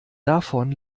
davon